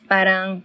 Parang